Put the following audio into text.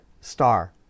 Star